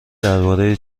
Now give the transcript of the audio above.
درباره